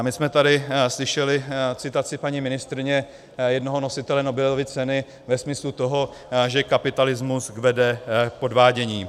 My jsme tady slyšeli citaci paní ministryně jednoho nositele Nobelovy ceny ve smyslu toho, že kapitalismus vede k podvádění.